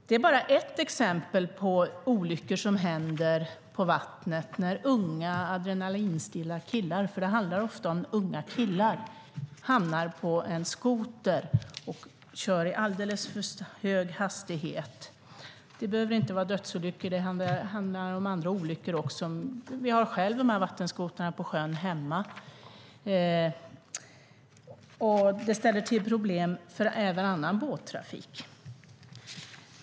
Det är bara ett exempel på olyckor som händer på vattnet när unga adrenalinstinna killar - det handlar ofta om unga killar - hamnar på en skoter och kör i alldeles för hög hastighet. Det behöver inte vara dödsolyckor. Det handlar om andra olyckor också. Vi har också vattenskotrar på sjön hemma. De ställer till problem även för annan båttrafik.